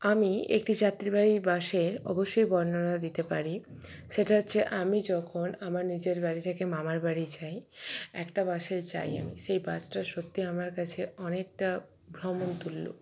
আমি একটি যাত্রীবাহী বাসের অবশ্যই বর্ণনা দিতে পারি সেটা হচ্ছে আমি যখন আমার নিজের বাড়ি থেকে মামার বাড়ি যাই একটা বাসে যাই আমি সেই বাসটা সত্যি আমার কাছে অনেকটা ভ্রমণতুল্য